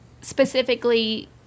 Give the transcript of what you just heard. specifically